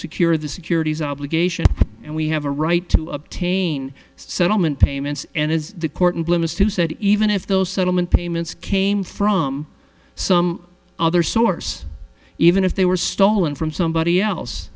secure the securities obligations and we have a right to obtain settlement payments and as the court limits too said even if those settlement payments came from some other source even if they were stolen from somebody else